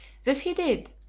this he did,